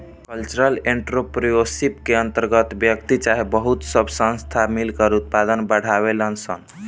cultural entrepreneurship के अंतर्गत व्यक्ति चाहे बहुत सब संस्थान मिलकर उत्पाद बढ़ावेलन सन